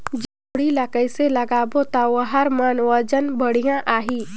जोणी ला कइसे लगाबो ता ओहार मान वजन बेडिया आही?